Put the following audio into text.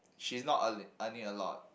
she's not earn earning a lot